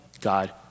God